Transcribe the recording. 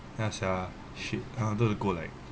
ya sia shit I wanted to go like